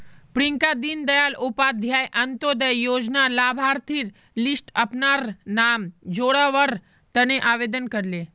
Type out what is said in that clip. प्रियंका दीन दयाल उपाध्याय अंत्योदय योजनार लाभार्थिर लिस्टट अपनार नाम जोरावर तने आवेदन करले